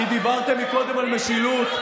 כי דיברתם קודם על משילות.